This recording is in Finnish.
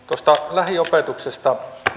lähiopetuksesta